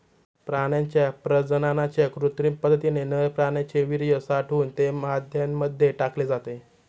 प्राण्यांच्या प्रजननाच्या कृत्रिम पद्धतीने नर प्राण्याचे वीर्य साठवून ते माद्यांमध्ये टाकले जाते